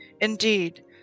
Indeed